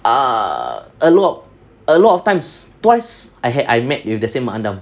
err a lot a lot of times twice I had I met with the same mak andam